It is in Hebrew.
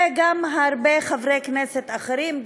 וגם הרבה חברי כנסת אחרים,